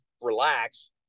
relax